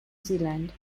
zealand